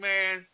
Man